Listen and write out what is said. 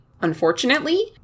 unfortunately